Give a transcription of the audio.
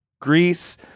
Greece